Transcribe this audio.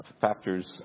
factors